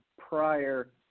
prior